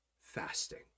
fasting